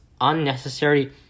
unnecessary